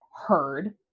heard